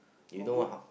more good